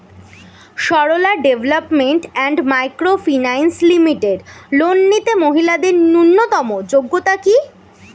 Sarala development and micro finance limited loan নিতে মহিলাদের ন্যূনতম যোগ্যতা কী?